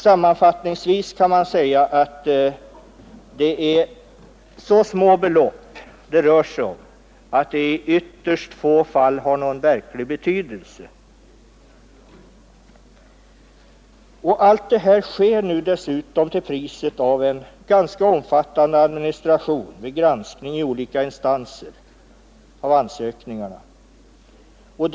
Sammanfattningsvis kan det sägas att semesterbidragen rör sig om så små belopp att det är i ytterst få fall de har någon avgörande betydelse. Allt det här sker dessutom till priset av en ganska omfattande administration med granskning av ansökningarna i olika instanser.